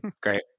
Great